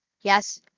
yes